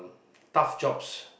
tough jobs